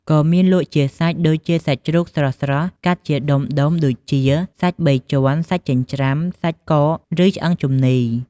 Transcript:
ក៏មានលក់ជាសាច់ ដូចជាសាច់ជ្រូកស្រស់ៗ កាត់ជាដុំៗ ដូចជា សាច់បីជាន់ សាច់ចិញ្ច្រាំ សាច់កក ឬឆ្អឹងជំនីរ។